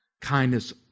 Kindness